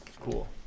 Cool